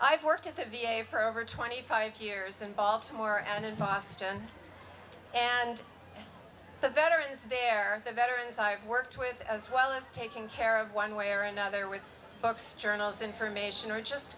i've worked at the v a for over twenty five years in baltimore and in boston and the veterans there the veterans i've worked with as well as taking care of one way or another with books journals information or just